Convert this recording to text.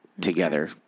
together